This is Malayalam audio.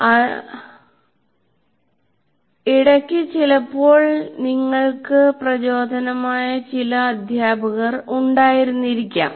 അതെഇടയ്ക്ക് ചിലപ്പോൾ നിങ്ങൾക്ക് പ്രചോദനമായ ചില അധ്യാപകർ ഉണ്ടായിരിക്കാം